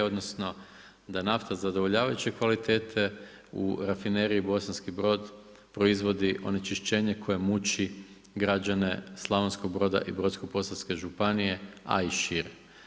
Odnosno, da nafta zadovoljavajuće kvalitete u rafineriji Bosanski Brod, proizvodi onečišćenje koje muči građane Slavonskog Broda i Brodsko-posavske županije, a i šire.